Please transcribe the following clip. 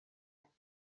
asked